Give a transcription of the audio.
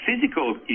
physical